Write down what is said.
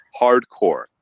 hardcore